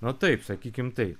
na taip sakykim taip